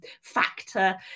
factor